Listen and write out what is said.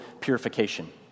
purification